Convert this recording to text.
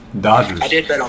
Dodgers